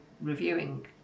reviewing